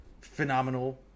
phenomenal